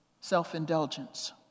Self-indulgence